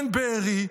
אין בארי,